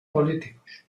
políticos